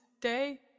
day